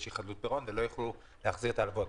שהיא חדלות פירעון ולא יוכלו להחזיר הלוואות.